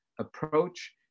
approach